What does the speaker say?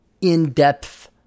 in-depth